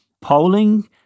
polling